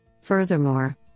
Furthermore